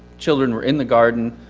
children were in the garden,